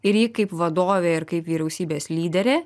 ir ji kaip vadovė ir kaip vyriausybės lyderė